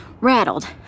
Rattled